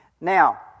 Now